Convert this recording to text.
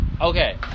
Okay